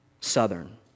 Southern